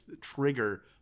trigger